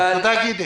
היום.